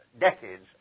decades